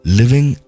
living